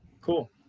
Cool